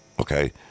Okay